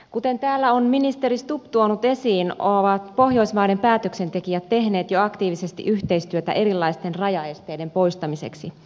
kuten täällä on ministeri stubb tuonut esiin ovat pohjoismaiden päätöksentekijät tehneet jo aktiivisesti yhteistyötä erilaisten rajaesteiden poistamiseksi